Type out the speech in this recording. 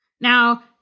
Now